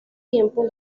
tiempo